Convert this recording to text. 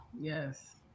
yes